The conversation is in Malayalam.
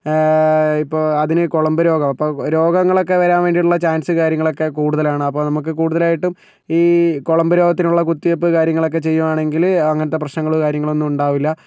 പിന്നേ ഇപ്പോൾ അതിന് കുളമ്പുരോഗം ഇപ്പോൾ രോഗങ്ങളൊക്കേ വരാൻ വേണ്ടിയിട്ടുള്ള ചാൻസ് കാര്യങ്ങളൊക്കേ കൂടുതലാണ് അപ്പോൾ നമുക്ക് കൂടുതലായിട്ടും ഈ കുളമ്പ് രോഗത്തിനുള്ള കുത്തിവെയ്പ്പ് കാര്യങ്ങളൊക്കേ ചെയ്യുവാണെങ്കില് അങ്ങനത്തേ പ്രശ്നങ്ങൾ കാര്യങ്ങളൊന്നും ഉണ്ടാവില്ല